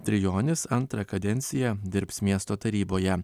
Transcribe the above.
trijonis antrą kadenciją dirbs miesto taryboje